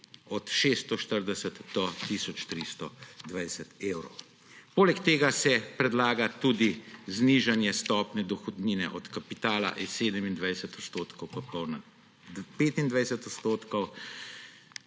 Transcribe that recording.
od 640 do tisoč 320 evrov. Poleg tega se predlaga tudi znižanje stopnje dohodnine od kapitala s 27,5 odstotkov na 25 odstotkov.